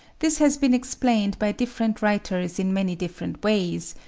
this has been explained by different writers in many different ways,